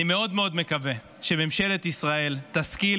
אני מאוד מקווה שממשלת ישראל תשכיל